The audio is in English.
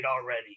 already